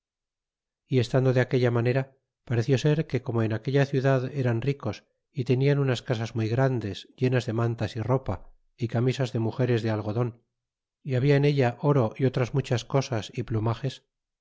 y estando de aquella manera pareció ser que como en aquella ciudad eran ricos y tenian unas casas muy grandes llenas de mantas y ropa y camisas de mugeres de algodon y habla en ella oro y otras muchas cosas y plumages